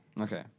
Okay